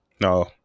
No